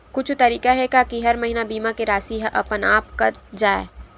कुछु तरीका हे का कि हर महीना बीमा के राशि हा अपन आप कत जाय?